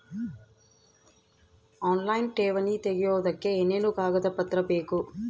Online ಠೇವಣಿ ತೆಗಿಯೋದಕ್ಕೆ ಏನೇನು ಕಾಗದಪತ್ರ ಬೇಕು?